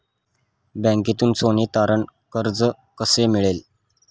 बँकेतून सोने तारण कर्ज कसे मिळेल?